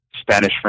Spanish